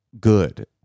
good